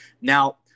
Now